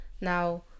Now